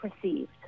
perceived